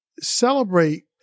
celebrate